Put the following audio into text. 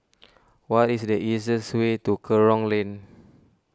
what is the easiest way to Kerong Lane